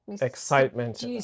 excitement